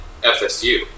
FSU